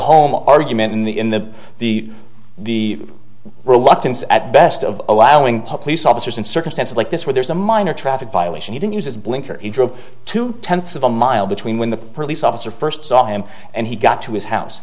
of argument in the in the the the reluctance at best of allowing pub loose officers in circumstances like this where there's a minor traffic violation you don't use as blinker he drove two tenths of a mile between when the police officer first saw him and he got to his house